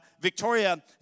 Victoria